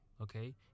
okay